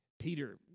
Peter